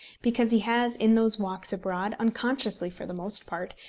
because he has in those walks abroad, unconsciously for the most part,